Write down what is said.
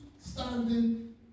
standing